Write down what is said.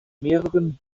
mehreren